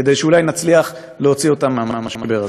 כדי שאולי נצליח להוציא אותם מהמשבר הזה.